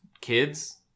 kids